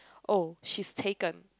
oh she's taken